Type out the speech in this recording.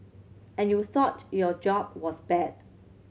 and you thought your job was bad